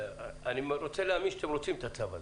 אני רוצה להאמין שאתם רוצים את הצו הזה.